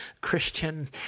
Christian